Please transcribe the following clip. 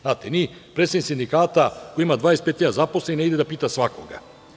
Znate, ni predstavnik sindikata, koji ima 25 hiljada zaposlenih, ne ide da pita svakoga.